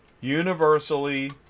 Universally